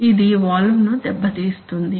ఇది వాల్వ్ ను దెబ్బతీస్తుంది